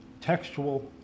textual